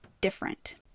different